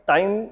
Time